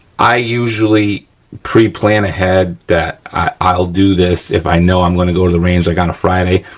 i usually preplan ahead that i'll do this if i know i'm gonna go to the range like on a friday,